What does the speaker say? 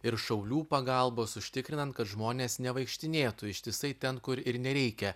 ir šaulių pagalbos užtikrinant kad žmonės nevaikštinėtų ištisai ten kur ir nereikia